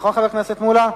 נכון, חבר הכנסת מולה?